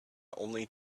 only